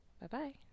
Bye-bye